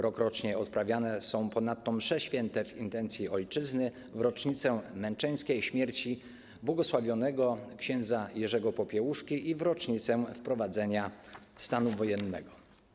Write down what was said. Rokrocznie odprawiane są ponadto msze św. w intencji ojczyzny, w rocznicę męczeńskiej śmierci bł. ks. Jerzego Popiełuszki i w rocznicę wprowadzenia stanu wojennego.